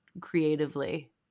creatively